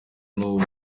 n’uwo